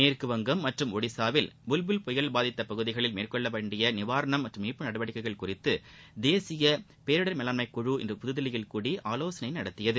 மேற்குவங்கம் மற்றும் ஒடிசாவில் புல் புயல் பாதித்தப் பகுதிகளில் மேற்கொள்ளப்பட வேண்டிய நிவாரணம் மற்றும் மீட்பு நடவடிக்கைககள் குறித்து தேசிய பேரிடர் மேலாண்மை குழி இன்று புததில்லியில் கூடி ஆலோசனை நடத்தியது